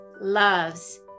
loves